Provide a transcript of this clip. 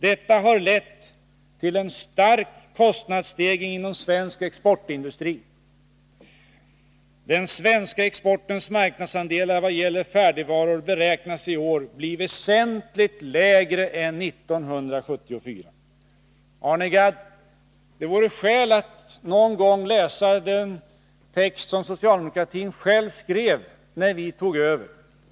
Detta har lett till en stark kostnadsstegring inom bl.a. svensk exportindustri. Den svenska exportens marknadsandelar vad gäller färdigvaror beräknas i år bli väsentligt lägre än 1974.” Arne Gadd! Det vore skäl att någon gång läsa den text som socialdemokratin själv skrev när vi tog över.